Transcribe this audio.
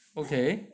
okay